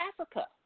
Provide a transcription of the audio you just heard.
Africa